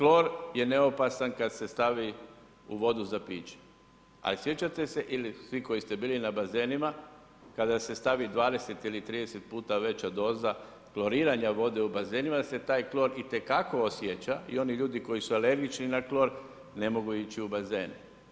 Klor je neopasan kad se stavi u vodu za piće, ali sjećate se, ili svi koji ste bili na bazenima, kada se stavi 20 ili 30 puta veća doza kloriranja vode u bazenima da se taj klor itekako osjeća i oni ljudi koji su alergični na klor ne mogu ići na bazene.